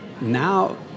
now